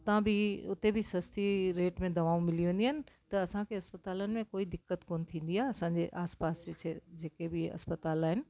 उतां बि उते बि सस्ते रेट में दवाऊं मिली वेंदियूं आहिनि त असांखे अस्पतालुनि में कोई दिक़त कोन्ह थींदी आहे असांजे आस पास जे क्षे जेके बि अस्पताल आहिनि